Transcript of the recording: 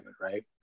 Right